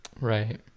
Right